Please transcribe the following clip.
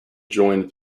joined